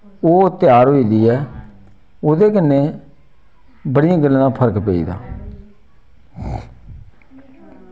ओ त्यार होई गेदी ऐ ओह्दे कन्नै बड़ियां गल्लां दा फर्क पेई दा